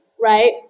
Right